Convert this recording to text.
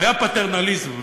היה פטרנליזם,